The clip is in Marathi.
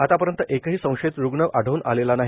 आतापर्यंत एकही संशयित रुग्ण आढळून आलेला नाही